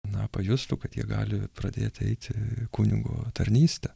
na pajustų kad jie gali pradėti eiti kunigo tarnystę